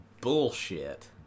bullshit